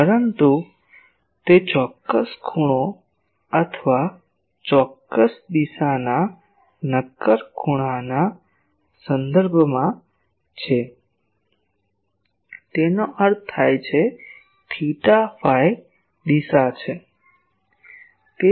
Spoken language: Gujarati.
પરંતુ તે ચોક્કસ ખૂણો અથવા ચોક્કસ દિશાના નક્કર ખૂણાના સંદર્ભમાં છે તેનો અર્થ થાય છે થેટા ફાઈ દિશા છે